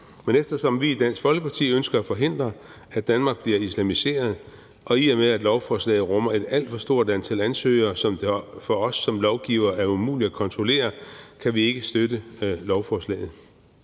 Men eftersom vi i Dansk Folkeparti ønsker at forhindre, at Danmark bliver islamiseret, og i og med at lovforslaget rummer et alt for stort antal ansøgere, som det for os som lovgivere er umuligt at kontrollere, kan vi ikke støtte lovforslaget.